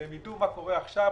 שהם יידעו מה קורה עכשיו,